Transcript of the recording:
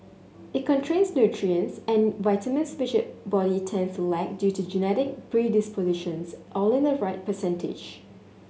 it nutrients and vitamins which you body tends to lack due to genetic predispositions all in the right percentage